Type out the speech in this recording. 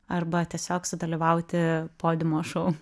arba tiesiog sudalyvauti podiumo šou